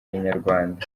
inyarwanda